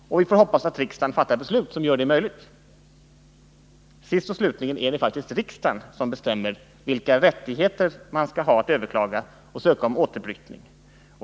Vi får hoppas att riksdagen fattar ett beslut som gör detta möjligt. Sist och slutligen är det faktiskt riksdagen som bestämmer vilka rättigheter man skall ha att överklaga och ansöka om återflyttning.